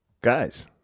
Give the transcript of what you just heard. Guys